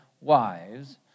wives